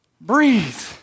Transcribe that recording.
breathe